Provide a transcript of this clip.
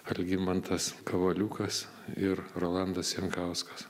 algimantas kavoliukas ir rolandas jankauskas